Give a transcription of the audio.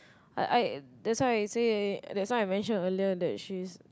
I I that's why I say that's why I mention earlier that she's